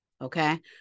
okay